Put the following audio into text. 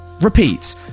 repeat